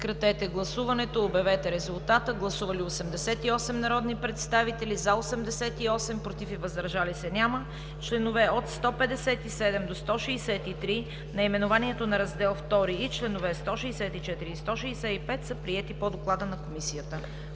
подкрепени от Комисията. Гласували 88 народни представители: за 88, против и въздържали се няма. Членове от 157 до 163, наименованието на Раздел II и членове 164 и 165 са приети по доклада на Комисията.